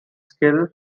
skills